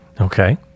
Okay